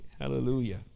Hallelujah